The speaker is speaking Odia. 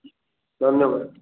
ଧନ୍ୟବାଦ